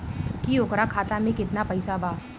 की ओकरा खाता मे कितना पैसा बा?